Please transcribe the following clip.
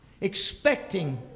Expecting